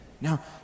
now